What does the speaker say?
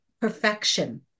perfection